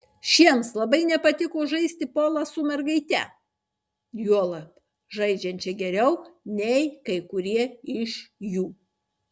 šiems labai nepatiko žaisti polą su mergaite juolab žaidžiančia geriau nei kai kurie iš jų